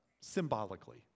symbolically